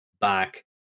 back